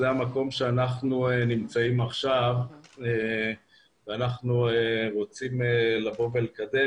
זה המקום בו אנחנו נמצאים עכשיו ואנחנו רוצים לקדם.